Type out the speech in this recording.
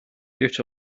гэвч